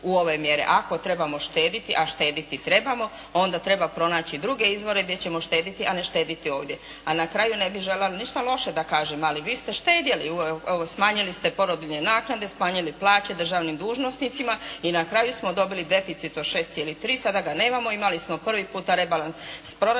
u ove mjere. Ako trebamo štediti a štediti trebamo onda treba pronaći druge izvore gdje ćemo štediti a ne štediti ovdje. A na kraju ne bih željela ništa loše da kažem ali vi ste štedjeli. Evo smanjili ste porodiljne naknade, smanjili plaće državnim dužnosnicima i na kraju smo dobili deficit od 6,3. Sada ga nemamo. Imali smo prvi puta rebalans proračuna